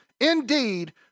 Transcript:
indeed